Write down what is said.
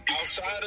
Outside